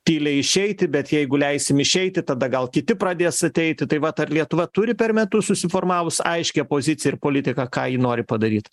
tyliai išeiti bet jeigu leisim išeiti tada gal kiti pradės ateiti tai vat ar lietuva turi per metus susiformavus aiškią poziciją ir politiką ką ji nori padaryt